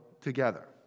together